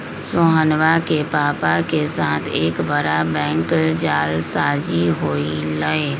सोहनवा के पापा के साथ एक बड़ा बैंक जालसाजी हो लय